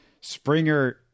Springer